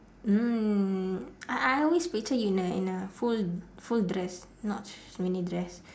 mm I I always picture you in a in a full full dress not mini dress